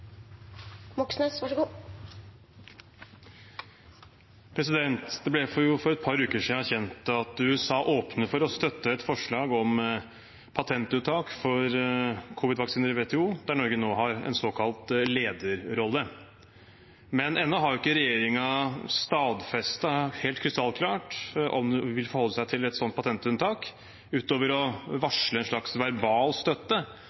Det ble for et par uker siden kjent at USA åpner for å støtte et forslag om patentunntak for covid-vaksine i WTO, der Norge nå har en såkalt lederrolle. Men regjeringen har ennå ikke stadfestet helt krystallklart om den vil forholde seg til et sånt patentunntak utover å